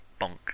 bonk